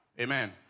Amen